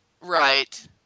Right